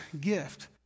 gift